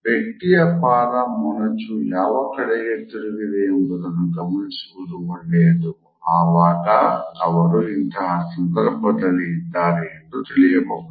ವ್ಯಕ್ತಿಯ ಪಾದ ಮೊನಚು ಯಾವ ಕಡೆಗೆ ತಿರುಗಿದೆ ಎಂದು ಗಮನಿಸುವುದು ಒಳ್ಳೆಯದು ಆವಾಗ ಅವರು ಇಂತಹ ಸಂದರ್ಭದಲ್ಲಿ ಇದ್ದಾರೆ ಎಂಬುದು ತಿಳಿಯುವುದು